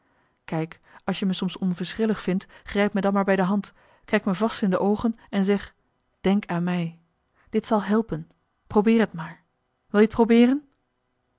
kijk als je me soms onverschillig vindt grijp me dan maar bij de hand kijk me vast in de marcellus emants een nagelaten bekentenis oogen en zeg denk aan mij dit zal helpen probeer t maar wil je t probeeren